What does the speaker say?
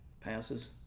passes